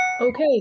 okay